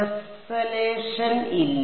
ഇവിടെ നമുക്ക് ടെസ്സലേഷൻ ഇല്ല